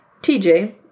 TJ